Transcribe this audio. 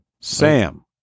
Sam